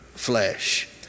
flesh